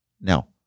Now